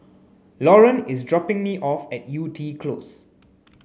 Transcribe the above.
Loren is dropping me off at Yew Tee Close